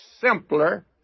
simpler